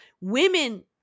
women